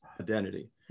identity